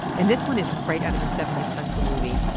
and this one is right out of a seventies kung fu movie.